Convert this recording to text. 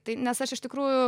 tai nes aš iš tikrųjų